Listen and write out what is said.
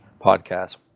podcast